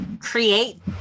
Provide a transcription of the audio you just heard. create